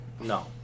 no